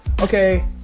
Okay